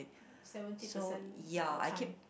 seventy percent of your time